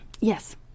Yes